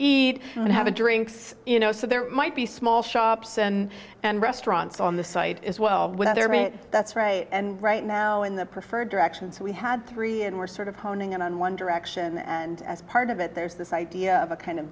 eat and have a drink you know so there might be small shops and and restaurants on the site as well whether it that's right and right now in the preferred direction so we had three and we're sort of honing in on one direction and as part of it there's this idea a kind of